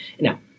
Now